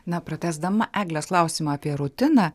na pratęsdama eglės klausimą apie rutiną